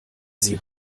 sie